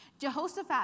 Jehoshaphat